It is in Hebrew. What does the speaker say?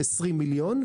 20 מיליון,